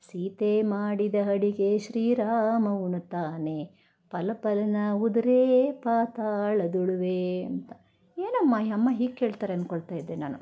ಸೀತೆ ಮಾಡಿದ ಅಡಿಗೆ ಶ್ರೀರಾಮ ಉಣ್ತಾನೆ ಪಲ ಪಲ್ನ ಉದುರೇ ಪಾತಾಳದುಳುವೇ ಅಂತ ಏನಮ್ಮ ಈ ಅಮ್ಮ ಹೀಗೆ ಕೇಳ್ತಾರೆ ಅನ್ಕೊಳ್ತಾ ಇದ್ದೆ ನಾನು